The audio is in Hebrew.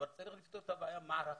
אבל צריך לפתור את הבעיה מערכתית,